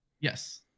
Yes